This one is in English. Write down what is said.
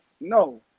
No